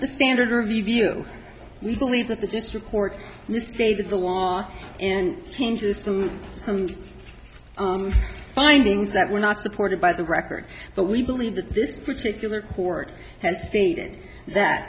the standard review we believe that the district court misstated the wa and changes and some findings that were not supported by the record but we believe that this particular court has stated that